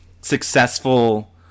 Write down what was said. successful